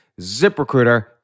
ZipRecruiter